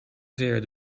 zeer